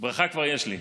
ברכה כבר יש לי.